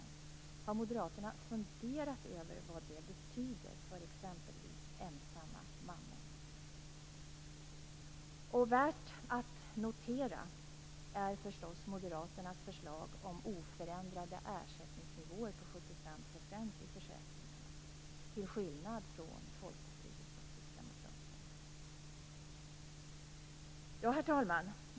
Har Moderaterna funderat över vad det betyder för exempelvis ensamma mammor? Värt att notera är förstås Moderaternas förslag om oförändrade ersättningsnivåer på 75 % i försäkringen. Det är en skillnad jämfört med Folkpartiet och Kristdemokraterna. Herr talman!